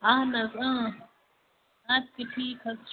اَہَن حظ اَدٕ کیٛاہ ٹھیٖک حظ چھُ